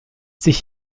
sich